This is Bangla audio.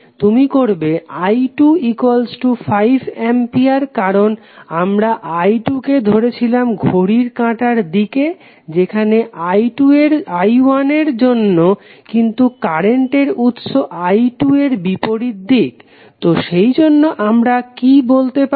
তুমি করবে i2 5 অ্যাম্পিয়ার কারণ আমরা i2 কে ধরেছিলাম ঘড়ির কাঁটার দিকে যেমন i1 এর জন্য কিন্তু কারেন্ট উৎসের i2 এর বিপরীত দিকে তো সেইজন্য আমরা কি বলতে পারি